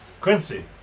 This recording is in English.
Quincy